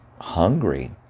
hungry